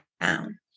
down